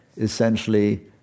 essentially